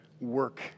work